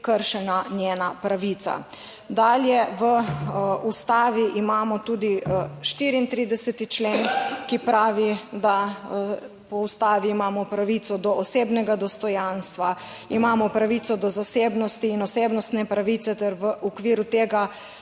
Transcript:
kršena njena pravica. Dalje, V Ustavi imamo tudi 34. člen, ki pravi, da po Ustavi imamo pravico do osebnega dostojanstva, imamo pravico do zasebnosti in osebnostne pravice ter v okviru tega